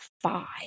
five